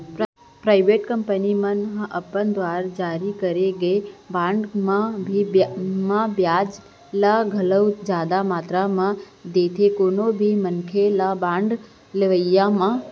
private company मन ह अपन दुवार जारी करे गे बांड मन म बियाज ल घलोक जादा मातरा म देथे कोनो भी मनखे ल बांड लेवई म